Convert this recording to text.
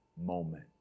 moment